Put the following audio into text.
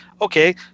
Okay